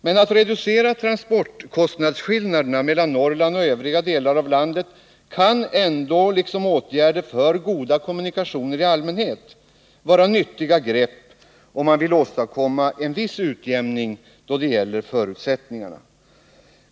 Men att reducera transportkostnadsskillnaderna mellan Norrland och övriga delar av landet kan ändå, liksom åtgärder för goda kommunikationer i allmänhet, vara nyttiga grepp om man vill åstadkomma en viss utjämning då det gäller förutsättningarna.